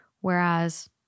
Whereas